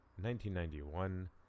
1991